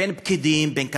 בין פקידים, בין קבלנים,